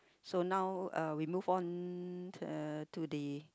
so now uh we move on uh to the